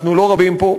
אנחנו לא רבים פה,